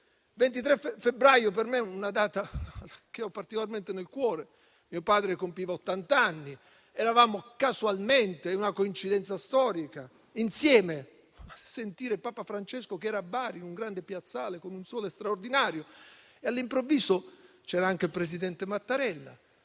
Il 23 febbraio è una data che ho particolarmente nel cuore: mio padre compiva ottant'anni, eravamo casualmente insieme - è una coincidenza storica - a sentire Papa Francesco che era a Bari, in un grande piazzale, con un sole straordinario, c'era anche il Presidente Mattarella,